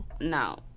No